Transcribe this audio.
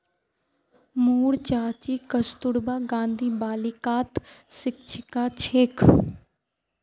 मोर चाची कस्तूरबा गांधी बालिकात शिक्षिका छेक